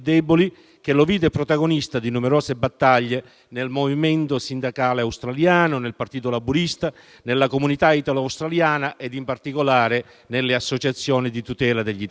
che lo vide protagonista di numerose battaglie nel movimento sindacale australiano, nel partito laburista, nella comunità italo-australiana ed in particolare nelle associazioni di tutela degli italiani.